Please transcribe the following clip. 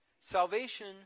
Salvation